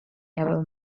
ever